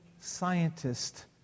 scientist